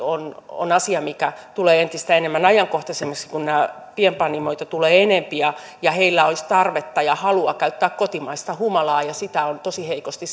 on on asia mikä varmasti tulee entistä ajankohtaisemmaksi kun näitä pienpanimoita tulee enempi ja ja heillä olisi tarvetta ja halua käyttää kotimaista humalaa ja sitä on tosi heikosti